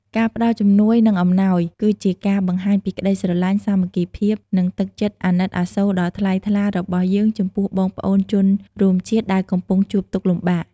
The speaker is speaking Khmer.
ការផ្តល់ជំនួយ និងអំណោយគឺជាការបង្ហាញពីក្តីស្រលាញ់ សាមគ្គីភាព និងទឹកចិត្តអាណិតអាសូរដ៏ថ្លៃថ្លារបស់យើងចំពោះបងប្អូនជនរួមជាតិដែលកំពុងជួបទុក្ខលំបាក។